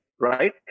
right